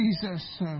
Jesus